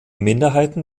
minderheiten